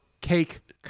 cake